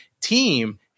team